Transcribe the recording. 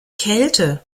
kälte